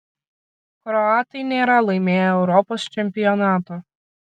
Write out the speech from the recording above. kroatai nėra laimėję europos čempionato